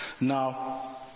Now